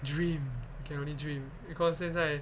dream can only dream because 现在